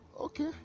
okay